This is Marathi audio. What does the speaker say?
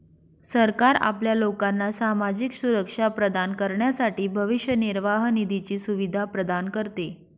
सरकार आपल्या लोकांना सामाजिक सुरक्षा प्रदान करण्यासाठी भविष्य निर्वाह निधीची सुविधा प्रदान करते